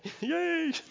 Yay